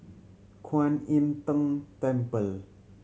Kuan Im Tng Temple